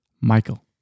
Michael